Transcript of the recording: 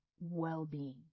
well-being